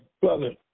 Brother